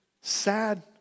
sad